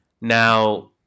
Now